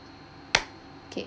K